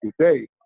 today